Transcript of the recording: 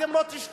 אתם לא תשתלבו,